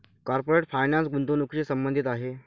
corporate finance गुंतवणुकीशी संबंधित आहे